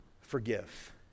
forgive